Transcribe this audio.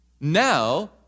Now